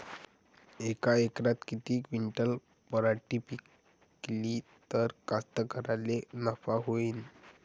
यका एकरात किती क्विंटल पराटी पिकली त कास्तकाराइले नफा होईन?